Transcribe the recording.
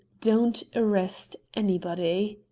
don't arrest anybody.